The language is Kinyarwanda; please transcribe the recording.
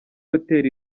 hotel